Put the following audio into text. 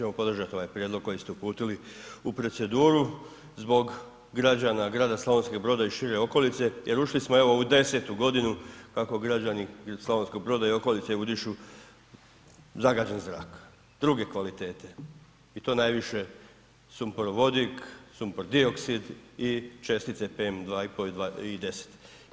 Ja i mi ... podržati ovaj prijedlog koji ste uputili u proceduru zbog građana grada Slavonskog Broda i šire okolice jer ušli smo, evo u 10 godinu kako građani Slavonskog Broda i okolice udišu zagađeni zrak druge kvalitete i to najviše sumporovodik, sumpor dioksid i čestice PM 2,5 i 10.